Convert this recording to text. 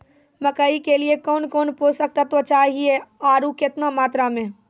मकई के लिए कौन कौन पोसक तत्व चाहिए आरु केतना मात्रा मे?